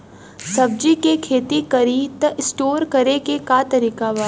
सब्जी के खेती करी त स्टोर करे के का तरीका बा?